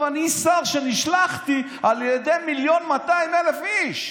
אני שר, ונשלחתי על ידי מיליון ו-200,000 איש,